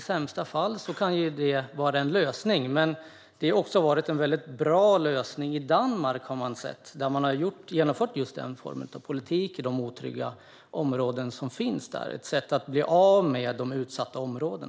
sämsta fall kan det vara en lösning. I Danmark har rivning varit en bra lösning där man har genomfört den formen av politik i otrygga områden som ett sätt att bli av med de utsatta områdena.